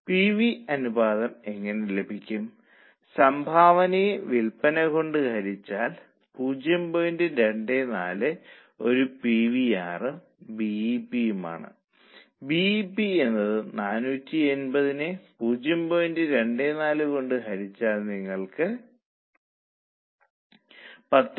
125 എങ്ങനെ ലഭിക്കും എന്ന് കണക്കാക്കാം കാരണം നിങ്ങൾ നൽകേണ്ട മൊത്തം സംഭാവന 193500 എന്നത് 12000 കൊണ്ട് ഹരിച്ചാൽ നിങ്ങൾക്ക് 16